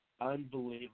Unbelievable